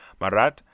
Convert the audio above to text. Marat